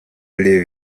live